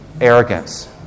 arrogance